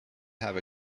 have